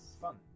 fun